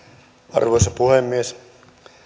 arvoisa puhemies